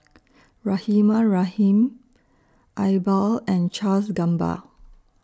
Rahimah Rahim Iqbal and Charles Gamba